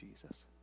Jesus